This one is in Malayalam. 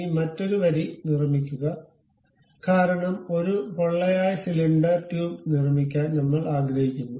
ഇനി മറ്റൊരു വരി നിർമ്മിക്കുക കാരണം ഒരു പൊള്ളയായ സിലിണ്ടർ ട്യൂബ് നിർമ്മിക്കാൻ നമ്മൾ ആഗ്രഹിക്കുന്നു